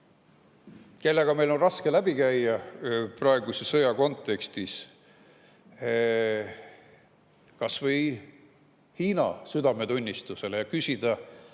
kellega meil on raske läbi käia praeguse sõja kontekstis, kas või Hiina südametunnistusele, ja küsida: